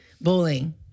bowling